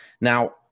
Now